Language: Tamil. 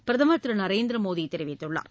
பிரதமர் திரு நரேந்திரமோடி தெரிவித்துள்ளார்